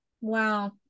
Wow